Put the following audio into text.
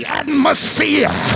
atmosphere